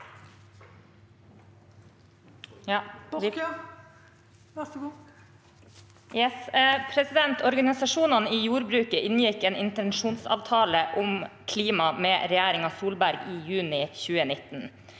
slik at organisasjonene i jordbruket har inngått en intensjonsavtale om klima med regjeringen Solberg i 2019.